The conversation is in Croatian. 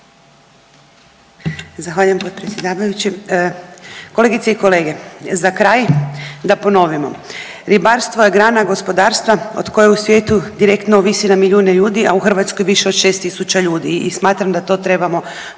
Zahvaljujem potpredsjedavajući. Kolegice i kolege, za kraj da ponovimo, ribarstvo je grana gospodarstva o kojoj u svijetu direktno ovisi na milijune ljudi, a u Hrvatskoj više od 6 tisuća ljudi i smatram da to trebamo ponavljati.